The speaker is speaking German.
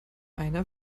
einer